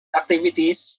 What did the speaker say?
activities